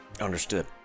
understood